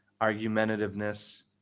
argumentativeness